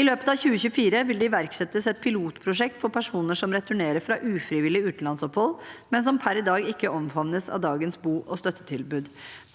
I løpet av 2024 vil det iverksettes et pilotprosjekt for personer som returnerer fra ufrivillig utenlandsopphold, men som per i dag ikke omfavnes av dagens bo- og støttetilbud.